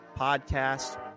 podcast